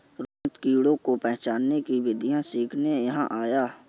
रोनित कीटों को पहचानने की विधियाँ सीखने यहाँ आया है